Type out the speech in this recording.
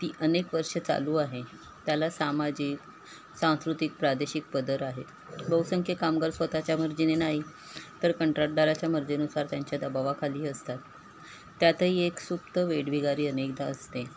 ती अनेक वर्ष चालू आहे त्याला सामाजिक सांस्कृतिक प्रादेशिक पदर आहे बहुसंख्य कामगार स्वतःच्या मर्जीने नाही तर कंत्राटदाराच्या मर्जीनुसार त्यांच्या दबावाखाली असतात त्यातही एक सुप्त वेठबिगारी अनेकदा असते